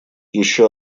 еще